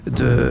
de